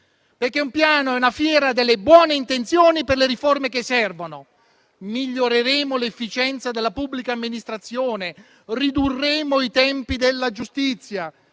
perché è una fiera delle buone intenzioni per le riforme che servono. Dite che migliorerete l'efficienza della pubblica amministrazione e ridurrete i tempi della giustizia,